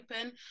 open